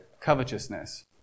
covetousness